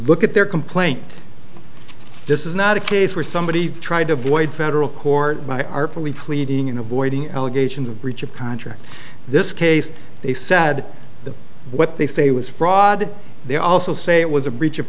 look at their complaint this is not a case where somebody tried to avoid federal court by artfully pleading and avoiding allegations of breach of contract this case they said that what they say was fraud they also say it was a breach of